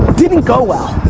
didn't go well,